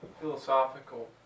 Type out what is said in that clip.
philosophical